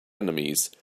enemies